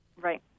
Right